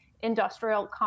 industrial